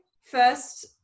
first